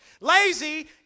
Lazy